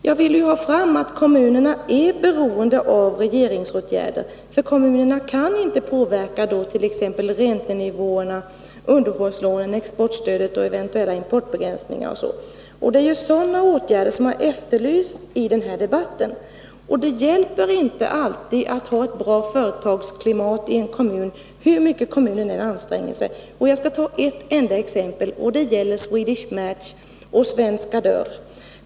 Jag ville ha fram att kommunerna är beroende av regeringsåtgärder, eftersom de inte kan påverka t.ex. räntenivåerna, underhållslånen, export stödet, eventuella importbegränsningar och sådant. Det är sådana åtgärder som har efterlysts i den här debatten. Utan dem går det inte alltid att få ett bra företagsklimat i en kommun, hur mycket kommunen än anstränger sig. Jag vill belysa detta med ett enda exempel. Det gäller Swedish Match och Svenska Dörr.